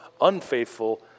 unfaithful